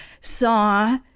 saw